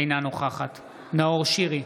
אינה נוכחת נאור שירי,